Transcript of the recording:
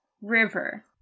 River